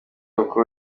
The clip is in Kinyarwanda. uko